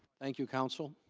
thank you counsel,